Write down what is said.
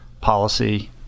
Policy